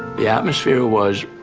the atmosphere was